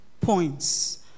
points